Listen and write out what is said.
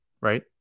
right